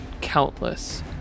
countless